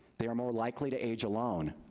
they are more likely to age alone.